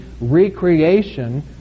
recreation